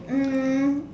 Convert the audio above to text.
um